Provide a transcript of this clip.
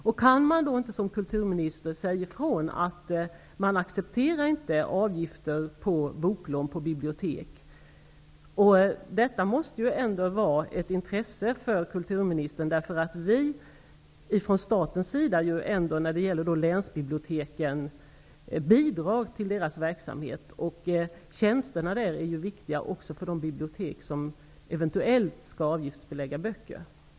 Kan då inte Birgit Friggebo som kulturminister säga ifrån att hon inte accepterar avgifter på boklån på bibliotek? Detta måste ju ändå ligga i kulturministerns intresse, eftersom vi från statens sida bidrar till verksamheten på länsbiblioteken. Tjänsterna där är ju viktiga också för de bibliotek som eventuellt skall avgiftsbelägga utlåningen av böcker.